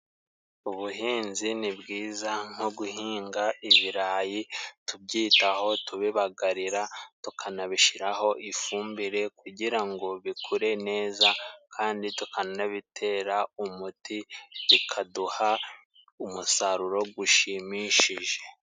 Ubuhinzi ni bwiza nko guhinga ibirayi, tubyitaho tubibagarira tukanabishyiraho ifumbire kugira ngo bikure neza kandi tukanabitera umuti, bikaduha umusaruro gushimishije.